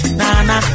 nana